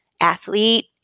athlete